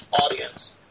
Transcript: audience